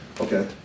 Okay